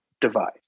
divide